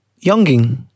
Younging